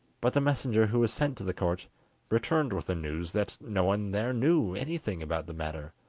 but the messenger who was sent to the court returned with the news that no one there knew anything about the matter.